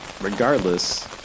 regardless